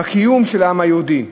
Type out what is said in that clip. בקיום של העם היהודי.